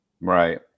right